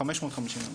550 איש.